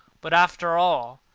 but, after all,